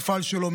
שלו.